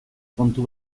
kontu